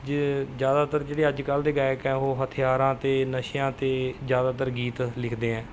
ਜ਼ ਜ਼ਿਆਦਾਤਰ ਜਿਹੜੇ ਅੱਜ ਕੱਲ੍ਹ ਦੇ ਗਾਇਕ ਹੈ ਉਹ ਹਥਿਆਰਾਂ 'ਤੇ ਨਸ਼ਿਆਂ 'ਤੇ ਜ਼ਿਆਦਾਤਰ ਗੀਤ ਲਿਖਦੇ ਹੈ